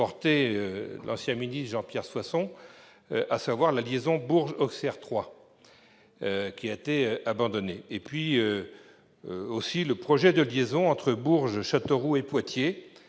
l'ancien ministre Jean-Pierre Soisson, à savoir la liaison Bourges-Auxerre-Troyes, qui a été abandonnée, ou au projet de liaison entre Bourges, Châteauroux et Poitiers